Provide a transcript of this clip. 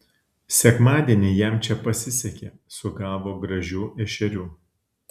sekmadienį jam čia pasisekė sugavo gražių ešerių